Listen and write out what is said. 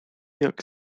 jak